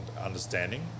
understanding